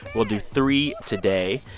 we'll do three today.